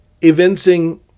evincing